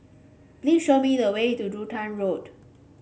please show me the way to Duxton Road